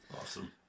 Awesome